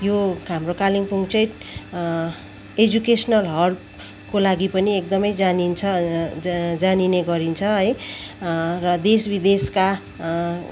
यो हाम्रो कालिम्पोङ चाहिँ एजुकेसनल हबको लागि पनि एकदमै जानिन्छ जानिने गरिन्छ है र देश विदेशका